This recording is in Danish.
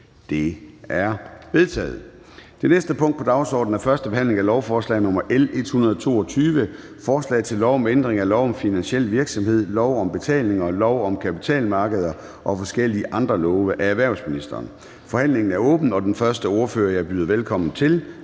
Det er vedtaget. --- Det næste punkt på dagsordenen er: 13) 1. behandling af lovforslag nr. L 122: Forslag til lov om ændring af lov om finansiel virksomhed, lov om betalinger, lov om kapitalmarkeder og forskellige andre love. (Tilsyn efter forordning om digital operationel modstandsdygtighed